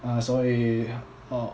ah 所以